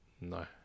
no